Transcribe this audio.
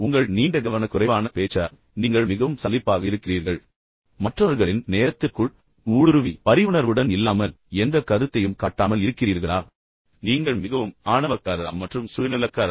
உங்கள் நீண்ட கவனக்குறைவான பேச்சா நீங்கள் மிகவும் சலிப்பாக இருக்கிறீர்கள் பின்னர் மற்றவர்களின் நேரத்திற்குள் ஊடுருவி பின்னர் பரிவுணர்வுடன் இல்லாமல் எந்தக் கருத்தையும் காட்டாமல் இருக்கிறீர்களா நீங்கள் மிகவும் ஆணவக்காரரா மற்றும் சுயநலக்காரரா